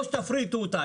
או שתפריטו אותה.